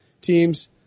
teams